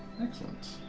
excellent